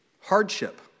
Hardship